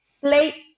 play